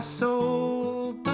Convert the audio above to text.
sold